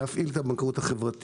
נמשיך להפעיל את הבנקאות החברתית.